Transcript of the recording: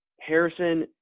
Harrison